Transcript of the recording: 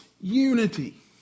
unity